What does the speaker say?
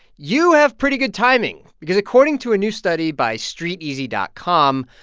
you have pretty good timing because according to a new study by streeteasy dot com,